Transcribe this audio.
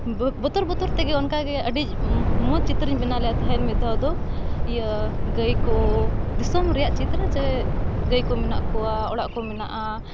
ᱵᱚᱛᱚᱨ ᱵᱚᱛᱚᱨ ᱛᱮᱜᱮ ᱚᱱᱠᱟᱜᱮ ᱟᱹᱰᱤ ᱢᱚᱡᱽ ᱪᱤᱛᱟᱹᱨᱤᱧ ᱵᱮᱱᱟᱣ ᱞᱮᱜᱼᱟ ᱛᱟᱦᱮᱸᱫ ᱢᱤᱫ ᱫᱷᱟᱣ ᱫᱚ ᱤᱭᱟᱹ ᱜᱟᱹᱭ ᱠᱚ ᱫᱤᱥᱚᱢ ᱨᱮᱭᱟᱜ ᱪᱤᱛᱨᱟᱹ ᱡᱮ ᱜᱟᱹᱭ ᱠᱚ ᱢᱮᱱᱟᱜ ᱠᱚᱣᱟ ᱚᱲᱟᱜ ᱠᱚ ᱢᱮᱱᱟᱜᱼᱟ